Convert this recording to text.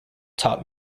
taught